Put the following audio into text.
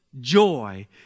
joy